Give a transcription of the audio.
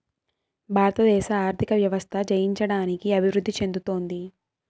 భారతదేశ ఆర్థిక వ్యవస్థ జయించడానికి అభివృద్ధి చెందుతోంది